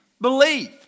believe